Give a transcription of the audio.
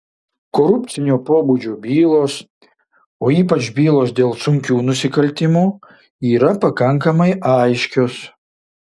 korupcinio pobūdžio bylos o ypač bylos dėl sunkių nusikaltimų yra pakankamai aiškios